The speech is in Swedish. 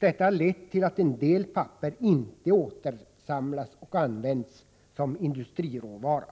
Detta harlett till att en del papper inte återsamlas och används som industriråvara.